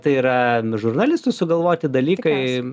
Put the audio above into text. tai yra žurnalistų sugalvoti dalykai